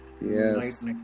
Yes